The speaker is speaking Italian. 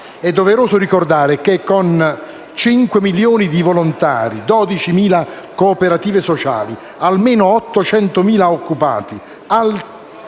È doveroso ricordare che con 5 milioni di volontari, 12.000 cooperative sociali, almeno 800.000 occupati,